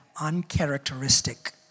uncharacteristic